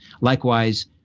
Likewise